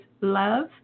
love